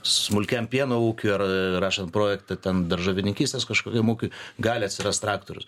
smulkiam pieno ūkiui ar rašant projektą ten daržovininkystės kažkokiam ūkiui gali atsirast traktorius